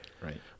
right